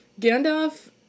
Gandalf